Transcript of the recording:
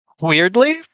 Weirdly